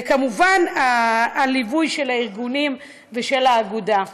וכמובן, הליווי של הארגונים ושל האגודה.